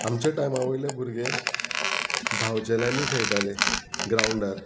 आमच्या टायमा वयले भुरगे धांवचेल्यांनी खेळटाले ग्रावंडार